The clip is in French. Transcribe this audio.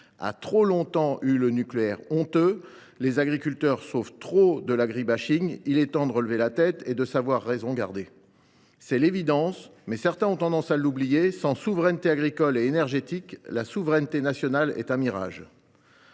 a trop longtemps eu le nucléaire honteux, les agriculteurs souffrent trop de l’. Il est temps de relever la tête et de savoir raison garder. C’est l’évidence, mais certains ont tendance à l’oublier : faute de souveraineté agricole et énergétique, la souveraineté nationale serait un mirage.